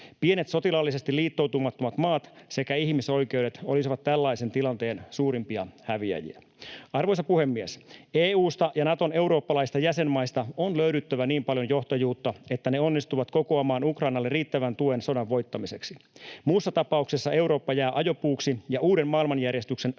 Pienet sotilaallisesti liittoutumattomat maat sekä ihmisoikeudet olisivat tällaisen tilanteen suurimpia häviäjiä. Arvoisa puhemies! EU:sta ja Naton eurooppalaisista jäsenmaista on löydyttävä niin paljon johtajuutta, että ne onnistuvat kokoamaan Ukrainalle riittävän tuen sodan voittamiseksi. Muussa tapauksessa Eurooppa jää ajopuuksi ja uuden maailmanjärjestyksen kuriositeetiksi.